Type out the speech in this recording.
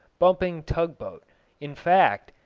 bumping tug-boat in fact,